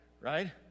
right